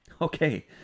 Okay